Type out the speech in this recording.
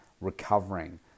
recovering